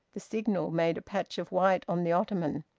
the signal made a patch of white on the ottoman.